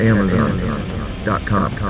Amazon.com